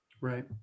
Right